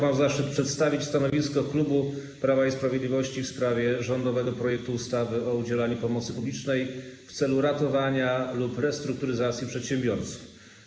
Mam zaszczyt przedstawić stanowisku klubu Prawa i Sprawiedliwości w sprawie rządowego projektu ustawy o udzielaniu pomocy publicznej w celu ratowania lub restrukturyzacji przedsiębiorców.